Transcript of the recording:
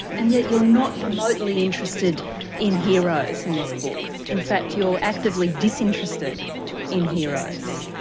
and yet you're not remotely interested in heroes in this book, in fact you're actively disinterested in heroes?